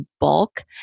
bulk